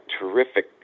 terrific